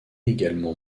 également